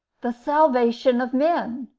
the salvation of men.